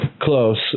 close